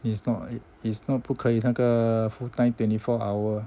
it's not it's not 不可以那个 full time twenty four hour